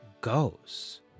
goes